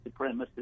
supremacists